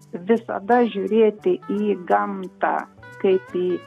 visada žiūrėti į gamtą kaip į